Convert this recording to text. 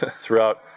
throughout